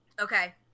Okay